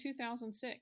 2006